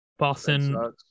Boston